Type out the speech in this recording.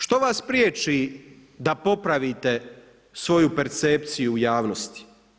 Što vas priječi da popravite svoju percepciju u javnosti?